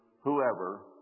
whoever